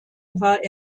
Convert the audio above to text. war